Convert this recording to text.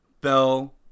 Bell